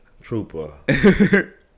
trooper